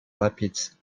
rapids